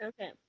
Okay